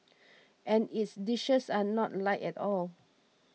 and its dishes are not light at all